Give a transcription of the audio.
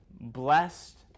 Blessed